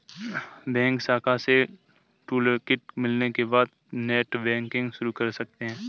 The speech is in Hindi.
बैंक शाखा से टूलकिट मिलने के बाद नेटबैंकिंग शुरू कर सकते है